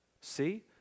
see